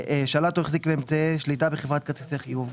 שלט או החזיק באמצעי שליטה בחברת כרטיס חיוב.